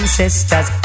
sisters